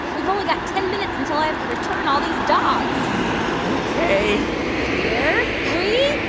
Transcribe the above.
we've only got ten minutes until i have to return all these dogs ok here we.